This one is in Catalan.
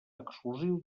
exclusiu